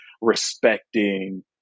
respecting